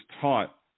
taught